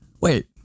Wait